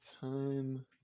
time